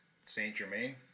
Saint-Germain